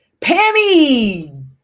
pammy